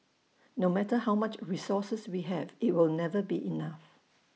no matter how much resources we have IT will never be enough